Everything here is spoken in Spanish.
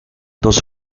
dos